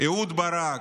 אהוד ברק,